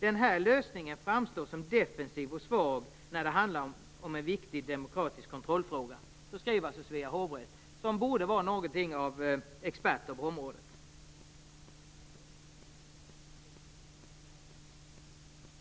Den här lösningen framstår som defensiv och svag när det handlar om en viktig demokratisk kontrollfunktion." Så skriver alltså Svea hovrätt, som borde vara någonting av expert på området.